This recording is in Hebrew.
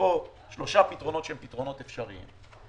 מכאן שלושה פתרונות שהם פתרונות אפשריים.